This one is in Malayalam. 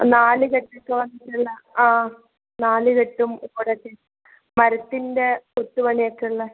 നാലുകെട്ട് ആ നാലുകെട്ടും മരത്തിൻ്റെ കൊത്ത് പണിയൊക്കെയുള്ള